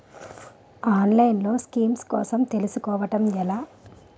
ఆన్లైన్లో స్కీమ్స్ కోసం తెలుసుకోవడం ఎలా?